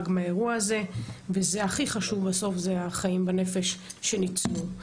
מהאירוע הזה והכי חשוב בסוף זה החיים בנפש שניצלו.